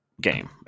game